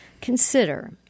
Consider